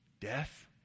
death